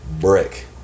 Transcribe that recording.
Brick